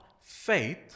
faith